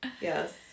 yes